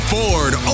Ford